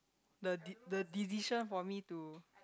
the de~ the decision for me to